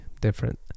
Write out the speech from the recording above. different